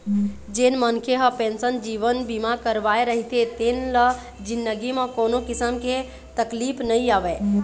जेन मनखे ह पेंसन जीवन बीमा करवाए रहिथे तेन ल जिनगी म कोनो किसम के तकलीफ नइ आवय